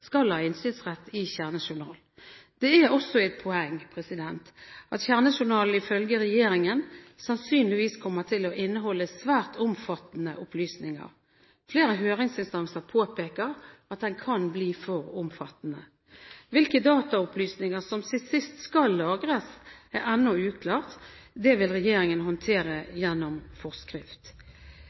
skal ha innsynsrett i kjernejournal. Det er også et poeng at kjernejournalen ifølge regjeringen sannsynligvis kommer til å inneholde svært omfattende opplysninger. Flere høringsinstanser påpeker at den kan bli for omfattende. Hvilke dataopplysninger som til sist skal lagres, er ennå uklart, det vil regjeringen håndtere gjennom forskrift.